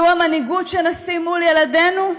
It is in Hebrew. זו המנהיגות שנשים מול ילדינו?